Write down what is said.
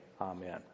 Amen